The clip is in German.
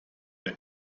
der